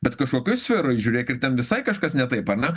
bet kažkokioj sferoj žiūrėk ir ten visai kažkas ne taip ar ne